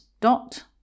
dot